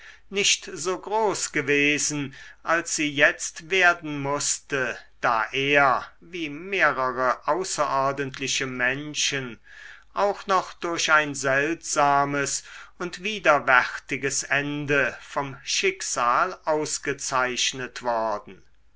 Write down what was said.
nicht so groß gewesen als sie jetzt werden mußte da er wie mehrere außerordentliche menschen auch noch durch ein seltsames und widerwärtiges ende vom schicksal ausgezeichnet worden